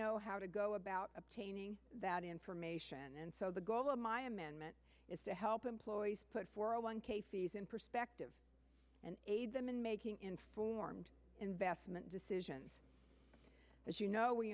know how to go about obtaining that information and so the goal of my amendment is to help employees put four zero one k fees in perspective and aid them in making informed investment decisions as you know we